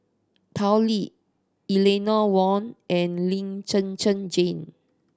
Tao Li Eleanor Wong and Lee Zhen Zhen Jane